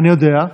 אני יודע.